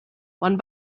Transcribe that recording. one